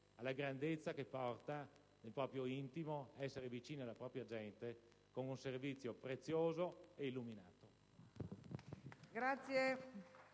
alla grandezza che porta nel proprio intimo essere vicini alla propria gente con un servizio prezioso ed illuminato.